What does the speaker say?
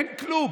אין כלום.